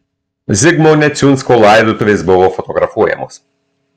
zigmo neciunsko laidotuvės buvo fotografuojamos